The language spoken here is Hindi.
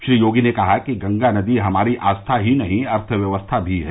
श्री योगी ने कहा कि गंगा नदी हमारी आस्था ही नहीं अर्थव्यवस्था भी है